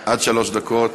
עד שלוש דקות.